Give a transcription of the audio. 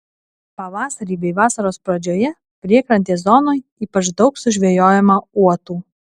pavasarį bei vasaros pradžioje priekrantės zonoje ypač daug sužvejojama uotų